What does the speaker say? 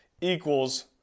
equals